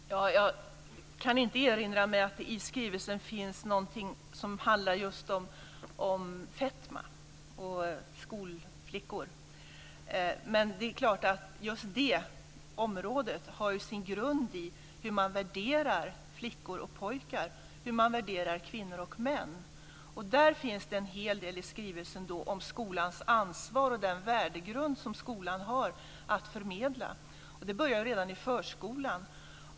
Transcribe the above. Fru talman! Jag kan inte erinra mig att det i skrivelsen finns något som handlar just om fetma och skolflickor. Men det är klart att just det området har sin grund i hur man värderar flickor och pojkar, hur man värderar kvinnor och män. Och där finns det en hel del i skrivelsen om skolans ansvar och den värdegrund som skolan har att förmedla. Det börjar redan i förskolan.